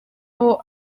aho